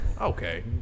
Okay